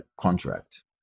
contract